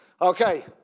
Okay